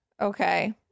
Okay